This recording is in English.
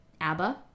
ABBA